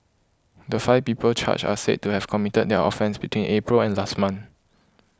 the five people charged are said to have committed their offences between April and last month